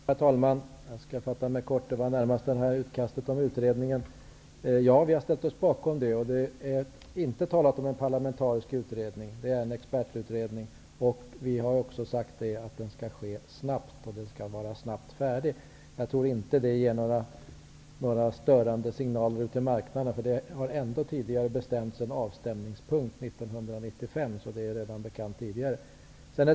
Herr talman! Jag skall fatta mig kort. Vi i Ny demokrati har ställt oss bakom utkastet om utredningen. Det har inte talats om en parlamentarisk utredning, utan om en expertutredning. Vi har också sagt att utredningen skall ske snabbt och att den snabbt skall vara färdig. Jag tror inte detta ger några störande signaler ut till marknaden, därför att det har ändå tidigare bestämts en avstämningspunkt år 1995, så det är redan tidigare bekant.